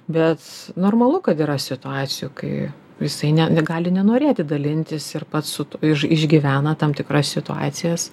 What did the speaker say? bet normalu kad yra situacijų kai visai ne gali nenorėti dalintis ir pats su iš išgyvena tam tikras situacijas